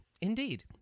Indeed